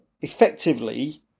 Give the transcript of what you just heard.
effectively